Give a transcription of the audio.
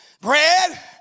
bread